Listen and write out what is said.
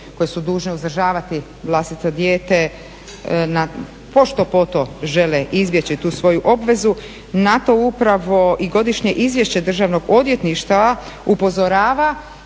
koji su dužni uzdržavati vlastito dijete pošto poto žele izbjeći tu svoju obvezu na to upravo i Godišnje izvješće Državnog odvjetništva upozorava